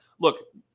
Look